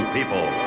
People